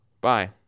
Bye